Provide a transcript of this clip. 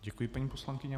Děkuji, paní poslankyně.